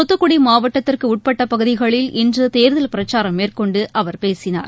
தூத்துக்குடி மாவட்டத்திற்கு உட்பட்ட பகுதிகளில் இன்று தேர்தல் பிரச்சாரம் மேற்கொண்டு அவர் பேசினார்